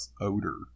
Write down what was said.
odor